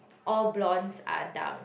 all blondes are dumb